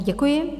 Děkuji.